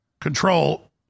control